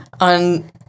on